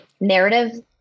narrative